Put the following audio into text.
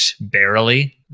Barely